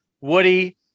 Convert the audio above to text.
Woody